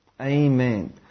Amen